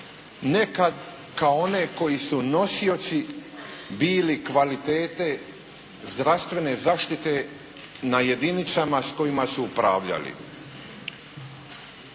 nekad kao one koji su nosioci bili kvalitete zdravstvene zaštite na jedinicama s kojima su upravljali.